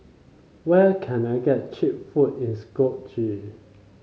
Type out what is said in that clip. where can I get cheap food in Skopje